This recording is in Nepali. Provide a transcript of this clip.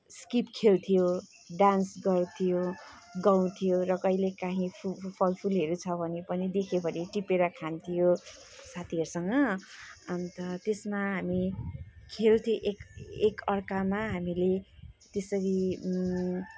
स्किप खेल्थ्यौँ डान्स गर्थ्यौँ गाउँथ्यौँ र कहिलेकाहीँ फलफुलहरू छ भने पनि देख्यौँ भने पनि टिपेर खान्थ्यौँ साथीहरूसँग अन्त त्यसमा हामी खेल्थ्यौँ एक एकाअर्कामा हामीले त्यसरी